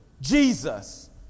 Jesus